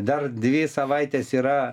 dar dvi savaitės yra